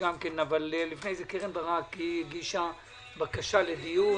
קרן ברק הגישה בקשה לדיון